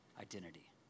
identity